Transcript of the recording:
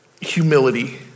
humility